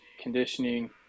conditioning